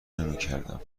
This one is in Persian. نمیکردم